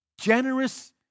generous